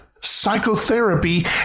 psychotherapy